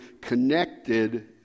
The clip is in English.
connected